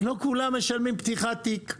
לא כולם משלמים פתיחת תיק.